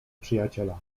przyjaciela